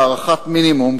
בהערכת מינימום,